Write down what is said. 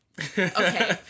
Okay